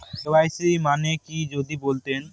KYC মানে কি যদি বলতেন?